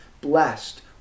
blessed